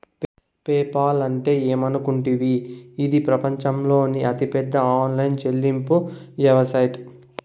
PayPal అంటే ఏమనుకుంటివి, ఇది పెపంచంలోనే అతిపెద్ద ఆన్లైన్ చెల్లింపు యవస్తట